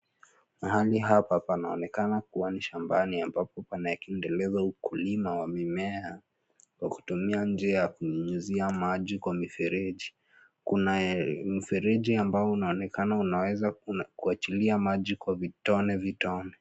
Mahali hapa panaonekana kuwa ni shambani ambapo panaendelezwa ukulima wa mimea, kwa kutumia njia ya kunyunyizia maji kwa mifereji, kunaye mfereji ambao unaonekana unaweza kuachilia maji kwa vitone vitone.